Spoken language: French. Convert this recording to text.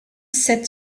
sept